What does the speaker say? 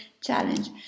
challenge